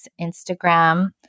Instagram